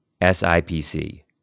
SIPC